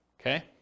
Okay